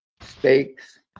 steaks